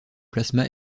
plasma